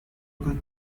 good